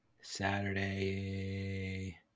Saturday